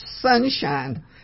sunshine